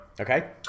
Okay